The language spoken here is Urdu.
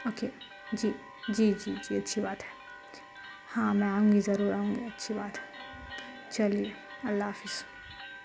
اوکے جی جی جی جی اچھی بات ہے ہاں میں آؤں گی ضرور آؤں گی اچھی بات ہے چلیے اللہ حافظ